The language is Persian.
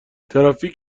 ترافیک